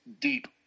deep